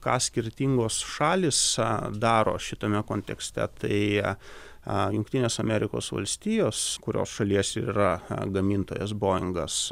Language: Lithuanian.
ką skirtingos šalys daro šitame kontekste tai jungtinės amerikos valstijos kurios šalies yra gamintojas boingas